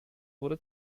wurde